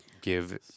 give